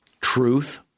Truth